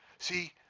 See